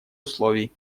условий